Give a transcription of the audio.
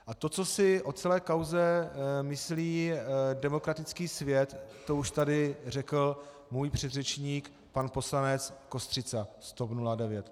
A to, co si o celé kauze myslí demokratický svět, to už tady řekl můj předřečník pan poslanec Kostřica z TOP 09.